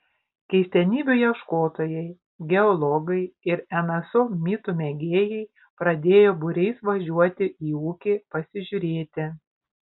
keistenybių ieškotojai geologai ir nso mitų mėgėjai pradėjo būriais važiuoti į ūkį pasižiūrėti